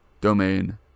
domain